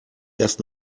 erst